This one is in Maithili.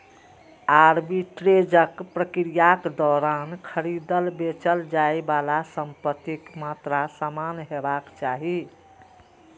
आर्बिट्रेजक प्रक्रियाक दौरान खरीदल, बेचल जाइ बला संपत्तिक मात्रा समान हेबाक चाही